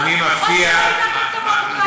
אני מציע,